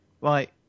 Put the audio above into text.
Right